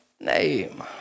name